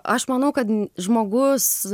aš manau kad žmogus